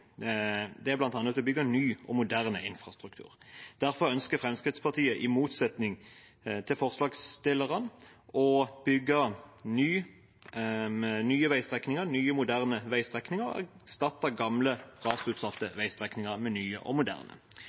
er bl.a. å bygge ny og moderne infrastruktur. Derfor ønsker Fremskrittspartiet i motsetning til forslagsstillerne å bygge nye, moderne veistrekninger – erstatte gamle, rasutsatte veistrekninger med nye moderne og